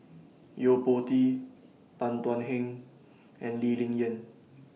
Yo Po Tee Tan Thuan Heng and Lee Ling Yen